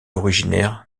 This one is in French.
originaire